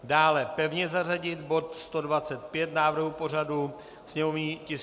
Dále pevně zařadit bod 125 návrhu pořadu, sněmovní tisk 649.